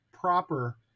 proper